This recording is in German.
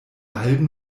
halben